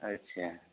अच्छा